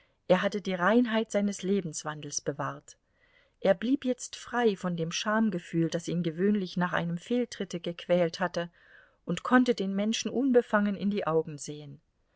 er hatte die reinheit seines lebenswandels bewahrt er blieb jetzt frei von dem schamgefühl das ihn gewöhnlich nach einem fehltritte gequält hatte und konnte den menschen unbefangen in die augen sehen